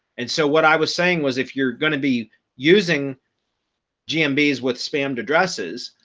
and so what i was saying was, if you're going to be using gm bees with spam addresses,